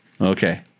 Okay